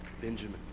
Benjamin